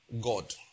God